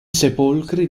sepolcri